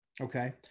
Okay